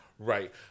Right